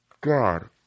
God